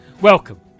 Welcome